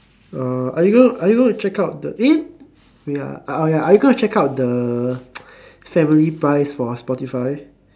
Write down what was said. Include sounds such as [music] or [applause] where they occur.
uh are you gonna are you gonna check out the eh wait ah uh ah ya are you gonna check out the [noise] family price for spotify